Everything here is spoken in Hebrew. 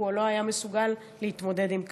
כי הוא לא היה מסוגל להתמודד עם קהל.